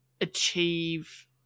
achieve